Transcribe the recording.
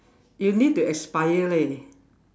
you need to aspire leh